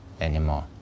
anymore